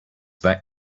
that